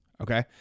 Okay